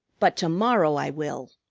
but to-morrow i will.